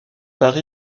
par